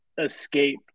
escape